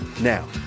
Now